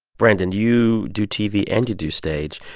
brandon, you do tv and you do stage.